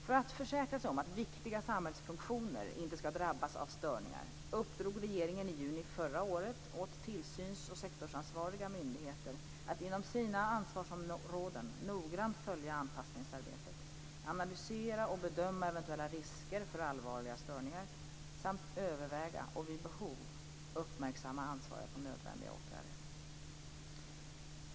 För att försäkra sig om att viktiga samhällsfunktioner inte skall drabbas av störningar uppdrog regeringen i juni förra året åt tillsyns och sektorsansvariga myndigheter att inom sina ansvarsområden noggrant följa anpassningsarbetet, analysera och bedöma eventuella risker för allvarliga störningar samt överväga och vid behov uppmärksamma ansvariga på nödvändiga åtgärder.